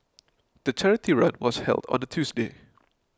the charity run was held on a Tuesday